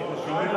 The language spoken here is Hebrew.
מה?